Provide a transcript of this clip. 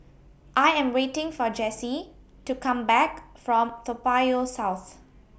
I Am waiting For Jessy to Come Back from Toa Payoh South